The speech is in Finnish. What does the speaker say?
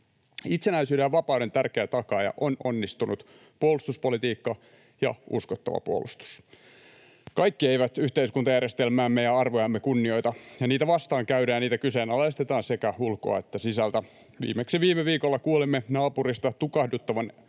Itsenäisyyden ja vapauden tärkeä takaaja on onnistunut puolustuspolitiikka ja uskottava puolustus. Kaikki eivät yhteiskuntajärjestelmäämme ja arvojamme kunnioita, ja niitä vastaan käydään ja kyseenalaistetaan sekä ulkoa että sisältä. Viimeksi viime viikolla kuulimme naapurista tukahduttavan